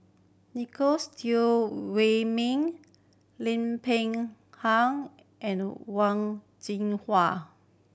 Teo Wei Min Lim Peng Han and Wang Jinhua